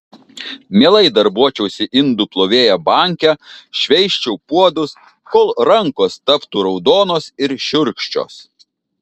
mielai darbuočiausi indų plovėja banke šveisčiau puodus kol rankos taptų raudonos ir šiurkščios